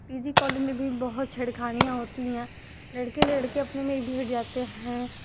P G college में भी बहुत छेड़खानियाँ होती है लड़के लड़के अपने में हीं भिड़ जाते हैं